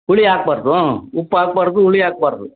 ಹುಳಿ ಹಾಕ್ಬಾರ್ದೂ ಉಪ್ಪು ಹಾಕ್ಬಾರ್ದು ಹುಳಿ ಹಾಕ್ಬಾರ್ದು